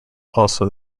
also